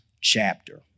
chapter